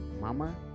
Mama